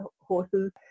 horses